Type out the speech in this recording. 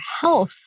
health